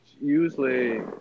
usually